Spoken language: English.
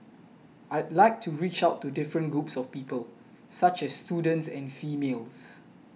I'd like to reach out to different groups of people such as students and females